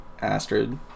Astrid